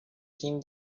him